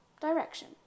direction